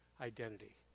identity